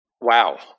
Wow